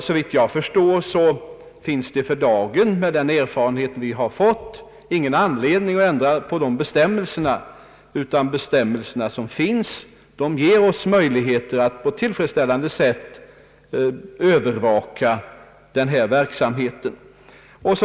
Såvitt jag förstår finns det med den erfarenhet vi har i dag ingen anledning att ändra dessa bestämmelser. De ger oss möjligheter att på ett tillfredsställande sätt övervaka tävlingsverksamheten.